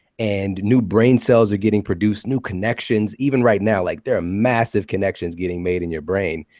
and new brain cells are getting produced, new connections. even right now, like there are massive connections getting made in your brain,